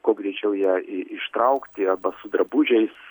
kuo greičiau ją i ištraukti arba su drabužiais